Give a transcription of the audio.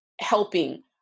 helping